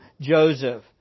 Joseph